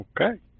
Okay